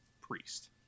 priest